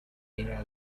era